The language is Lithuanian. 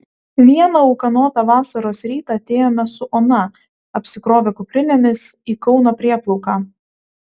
vieną ūkanotą vasaros rytą atėjome su ona apsikrovę kuprinėmis į kauno prieplauką